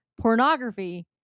pornography